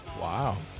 wow